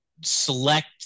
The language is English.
select